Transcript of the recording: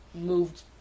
moved